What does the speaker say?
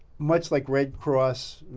much like red cross,